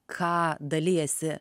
ką dalijasi